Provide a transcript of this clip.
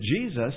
jesus